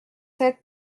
sept